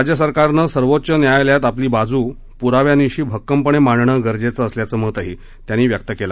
राज्य सरकारानं सर्वोच्च न्यायालयात आपली बाजू ही पुराव्यानिशी भक्कम पणे मांडणं गरजेचं असल्याचं मत संभाजीराजे यांनी व्यक्त केलं